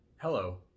Hello